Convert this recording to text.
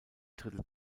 drittel